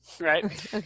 right